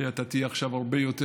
אתה תהיה עכשיו הרבה יותר,